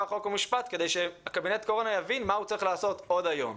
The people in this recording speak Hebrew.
חוק ומשפט כדי שקבינט הקורונה יבין מה הוא צריך לעשות עוד היום.